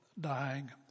dying